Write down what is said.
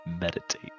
meditate